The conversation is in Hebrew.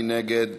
מי נגד?